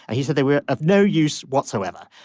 ah he said they were of no use whatsoever.